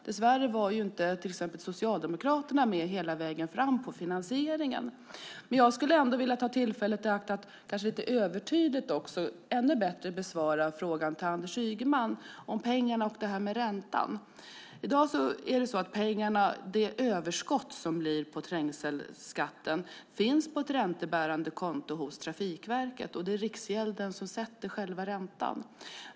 Dess värre var till exempel inte Socialdemokraterna med hela vägen fram i fråga om finansieringen. Jag skulle ändå vilja ta tillfället i akt att kanske lite övertydligt och ännu bättre besvara frågan från Anders Ygeman om pengarna och räntan. Överskottet från trängselskatten finns i dag på ett räntebärande konto hos Trafikverket, och det är Riksgälden som sätter själva räntan.